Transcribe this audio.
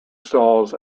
stalls